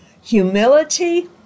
humility